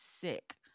sick